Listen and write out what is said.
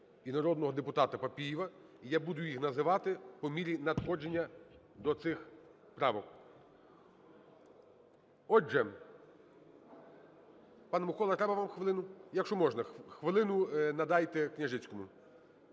і народного депутата Папієва, і я буду їх називати по мірі надходження до цих правок. Отже, пане Миколо, треба вам хвилину? Якщо можна, хвилину надайте Княжицькому.